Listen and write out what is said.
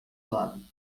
lado